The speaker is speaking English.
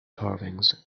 carvings